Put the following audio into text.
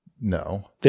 No